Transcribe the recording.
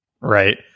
right